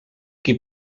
qui